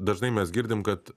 dažnai mes girdim kad